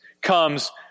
comes